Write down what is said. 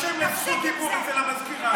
תירשם לרשות דיבור אצל המזכירה.